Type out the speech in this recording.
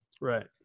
Right